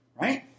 Right